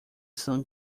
soon